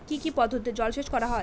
কি কি পদ্ধতিতে জলসেচ করা হয়?